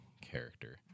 character